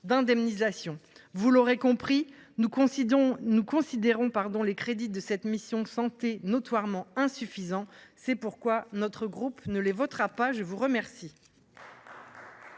Vous l’aurez compris, nous considérons que les crédits de cette mission « Santé » sont notoirement insuffisants. C’est pourquoi notre groupe ne les votera pas. La parole